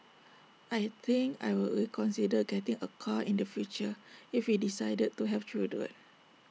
I think I would reconsider getting A car in the future if we decided to have children